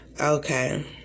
Okay